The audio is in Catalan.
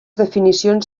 definicions